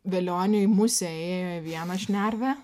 velioniui musė įėjo į vieną šnervę